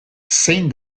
zein